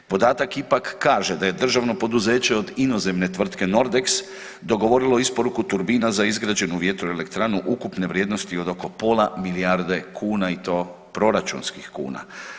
Podatak ipak kaže da je državno poduzeće od inozemne tvrtke Nordex dogovorilo isporuku turbina za izgrađenu vjetroelektranu ukupne vrijednosti od oko pola milijarde kuna i to proračunskih kuna.